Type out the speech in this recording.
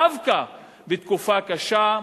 דווקא בתקופה קשה,